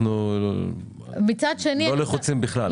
אנחנו לא לחוצים בכלל.